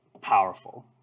powerful